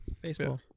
Baseball